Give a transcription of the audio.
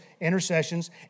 intercessions